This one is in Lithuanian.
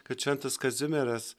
kad šventas kazimieras